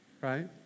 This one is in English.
right